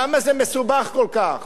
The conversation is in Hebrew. למה זה מסובך כל כך?